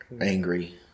angry